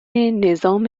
نظام